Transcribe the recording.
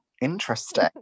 Interesting